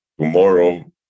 tomorrow